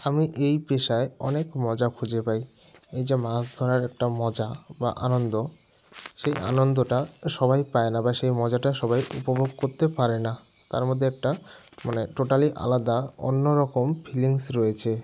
আমি এই পেশায় অনেক মজা খুঁজে পাই এই যে মাছ ধরার একটা মজা বা আনন্দ সেই আনন্দটা সবাই পায় না বা সেই মজাটা সবাই উপভোগ করতে পারে না তার মধ্যে একটা মানে টোটালি আলাদা অন্য রকম ফিলিংস রয়েচে